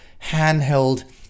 handheld